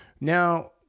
Now